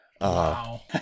Wow